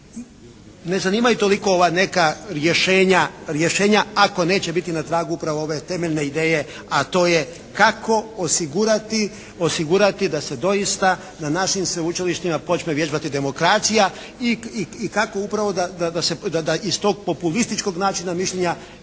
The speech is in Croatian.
ne zanimaju toliko ova neka rješenja ako neće biti na tragu upravo ove temeljne ideje, a to je kako osigurati da se doista na našim sveučilištima počne vježbati demokracija i kako upravo da iz tog populističkog načina mišljenja